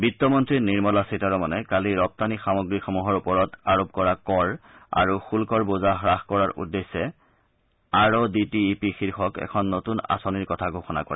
বিত্তমন্ত্ৰী নিৰ্মলা সীতাৰমনে কালি ৰপ্তানি সামগ্ৰীসমূহৰ ওপৰত আৰোপ কৰা কৰ আৰু শুন্বৰ বোজা হাস কৰাৰ উদ্দেশ্যে R O D T E P শীৰ্ষক এখন নতুন আঁচনিৰ কথা ঘোষণা কৰে